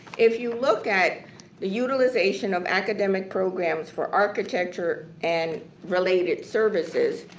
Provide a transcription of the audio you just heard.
if you look at utilization of academic program for architecture and related services,